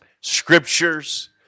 scriptures